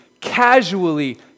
casually